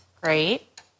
great